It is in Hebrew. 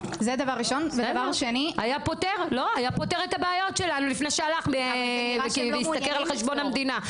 הוא היה פותר את הבעיות שלנו לפני שהלך והשתכר על חשבון המדינה.